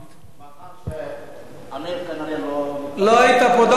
מאחר שעמיר כנראה לא היה פה, לא היית פה.